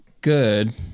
good